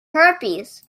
herpes